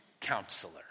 Counselor